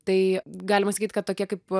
tai galima sakyt kad tokie kaip